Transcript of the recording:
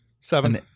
Seven